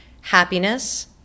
happiness